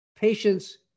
patients